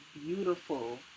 beautiful